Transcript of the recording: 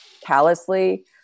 callously